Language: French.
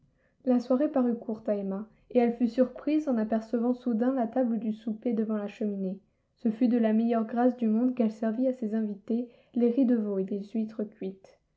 la soirée parut courte à emma et elle fut surprise en apercevant soudain la table du souper devant la cheminée ce fut de la meilleure grâce du monde qu'elle servit à ses invités les ris de veau et les huîtres cuites